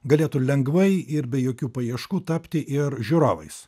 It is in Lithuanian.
galėtų lengvai ir be jokių paieškų tapti ir žiūrovais